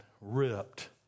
ripped